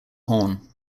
horn